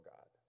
God